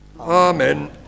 Amen